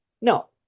No